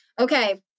Okay